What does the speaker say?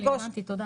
תודה.